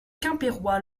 quimpérois